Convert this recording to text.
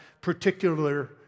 particular